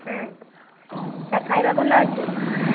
ହଁ ଆଉ ଖାଇବା ଭଲ ଅଛି